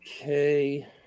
okay